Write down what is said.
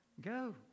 Go